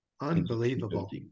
unbelievable